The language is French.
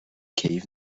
cave